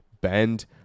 bend